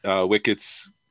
Wicket's